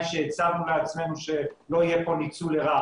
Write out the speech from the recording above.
שהצבנו לעצמנו שלא יהיה פה לניצול לרעה,